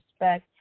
respect